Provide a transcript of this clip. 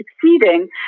succeeding